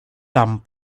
tan